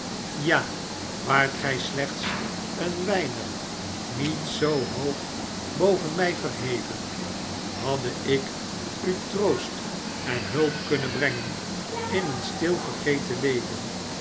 ja waart gij slechts een weinig niet zoo hoog boven mij verheven hadde ik u troost en hulp kunnen brengen in een stil vergeten leven